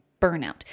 burnout